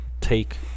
take